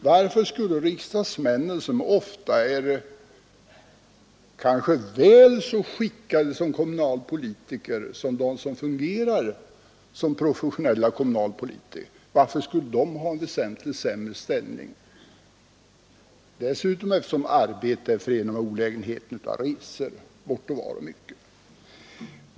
Varför skulle riksdagsmännen, som ofta är kanske väl så skickade att vara kommunalpolitiker som de som fungerar som professionella kommunalpolitiker, ha en väsentligt sämre ställning? Dessutom är ju riksdagsarbetet förenat med olägenheter i form av resor, lång bortovaro från hemmet osv.